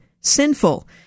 sinful